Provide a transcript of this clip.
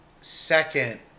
second